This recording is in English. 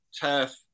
turf